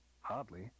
Hardly